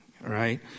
right